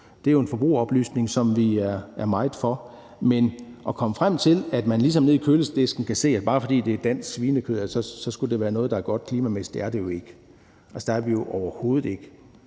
Det er jo en forbrugeroplysning, som vi er meget for. Men at komme frem til, at man ligesom nede i køledisken kan se, at det, bare fordi det er dansk svinekød, så skulle være noget, der klimamæssigt er godt, mener vi ikke man kan. Altså, der er vi jo overhovedet ikke.